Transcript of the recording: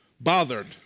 bothered